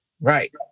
Right